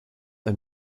ein